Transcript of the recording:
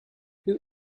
who